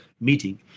meeting